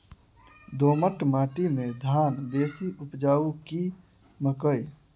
दोमट माटि मे धान बेसी उपजाउ की मकई?